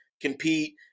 compete